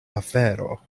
afero